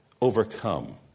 overcome